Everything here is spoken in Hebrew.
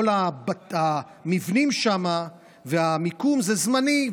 כל המבנים שם והמיקום זה זמני,